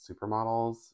supermodels